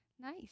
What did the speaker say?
Nice